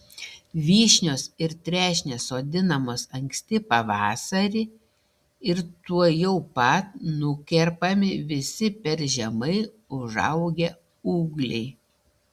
vyšnios ir trešnės sodinamos anksti pavasarį ir tuojau pat nukerpami visi per žemai užaugę ūgliai